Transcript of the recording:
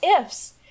ifs